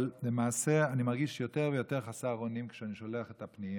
אבל למעשה אני מרגיש יותר ויותר חסר אונים כשאני שולח את הפנייה.